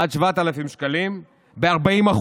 עד 7,000 שקלים, ב-40%.